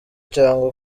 cyangwa